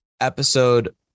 episode